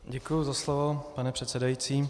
Děkuji za slovo, pane předsedající.